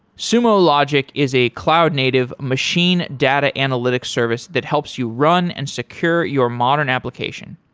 sumo logic is a cloud native machine data analytics service that helps you run and secure your modern application.